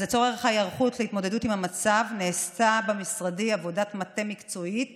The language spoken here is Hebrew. אז לצורך ההיערכות להתמודדות עם המצב נעשתה במשרדי עבודת מטה מקצועית